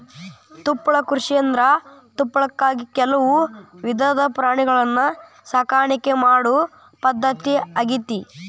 ತುಪ್ಪಳ ಕೃಷಿಯಂದ್ರ ತುಪ್ಪಳಕ್ಕಾಗಿ ಕೆಲವು ವಿಧದ ಪ್ರಾಣಿಗಳನ್ನ ಸಾಕಾಣಿಕೆ ಮಾಡೋ ಪದ್ಧತಿ ಆಗೇತಿ